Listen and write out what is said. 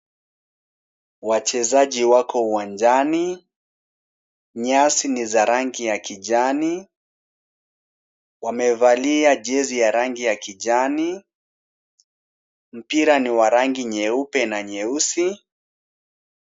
Wachezaji wako uwanjani. Nyasi ni za rangi ya kijani, wamevalia jezi ya rangi ya kijani, mpira ni wa rangi nyeupe na nyeusi.